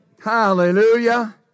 Hallelujah